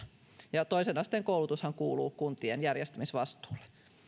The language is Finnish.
ja ja toisen asteen koulutushan kuuluu kuntien järjestämisvastuulle